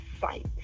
sight